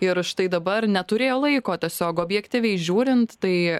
ir štai dabar neturėjo laiko tiesiog objektyviai žiūrint tai